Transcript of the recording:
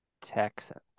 Texans